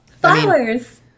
Flowers